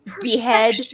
behead